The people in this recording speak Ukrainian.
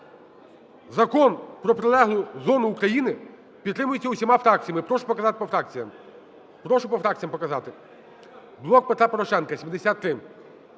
Закон про прилеглу зону України підтримується усіма фракціями. Прошу показати по фракціях. Прошу по